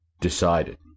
decided